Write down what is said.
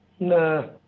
No